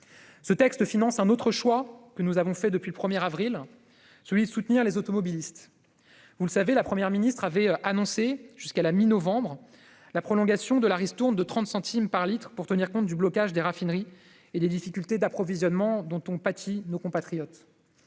Ce texte finance un autre choix que nous avons fait depuis le 1 avril : celui de soutenir les automobilistes. Vous le savez, la Première ministre avait annoncé une prolongation jusqu'à la mi-novembre de la ristourne de 30 centimes par litre pour tenir compte du blocage des raffineries et des difficultés d'approvisionnement dont ont pâti nos compatriotes.